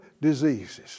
diseases